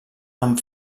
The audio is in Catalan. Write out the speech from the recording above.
amb